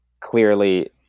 clearly